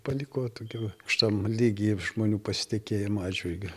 paliko tokiu aukštam lygy žmonių pasitikėjimo atžvilgiu